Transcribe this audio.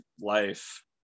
life